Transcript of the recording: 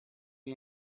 you